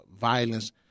violence